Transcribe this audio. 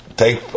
take